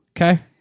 Okay